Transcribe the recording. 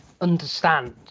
understand